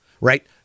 Right